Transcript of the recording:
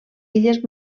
illes